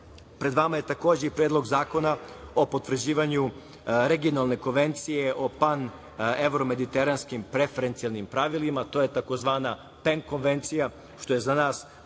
vama je, takođe, i Predlog zakona o potvrđivanju Regionalne konvencije o pan-evro-mediteranskim preferencijalnim pravilima. To je tzv. PEM konvencija, što je za nas